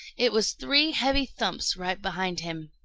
it was three heavy thumps right behind him.